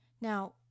Now